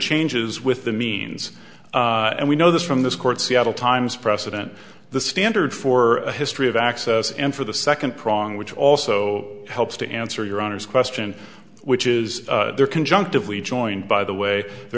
changes with the means and we know this from this court seattle times precedent the standard for history of access and for the second prong which also helps to answer your honor's question which is there conjunctive we joined by the way the